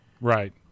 Right